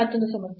ಮತ್ತೊಂದು ಸಮಸ್ಯೆ